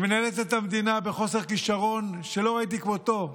שמנהלת את המדינה בחוסר כישרון שלא ראיתי כמותו מעולם,